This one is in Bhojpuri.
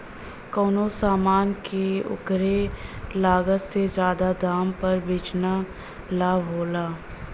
कउनो समान के ओकरे लागत से जादा दाम पर बेचना लाभ होला